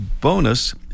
bonus